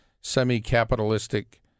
semi-capitalistic